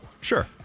sure